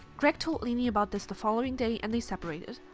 greg told lainey about this the following day and they separated.